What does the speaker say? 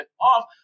off